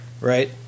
Right